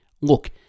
Look